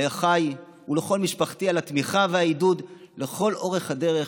לאחיי ולכל משפחתי על התמיכה והעידוד לכל אורך הדרך,